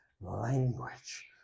language